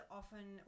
often